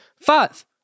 Five